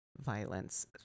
violence